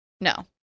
no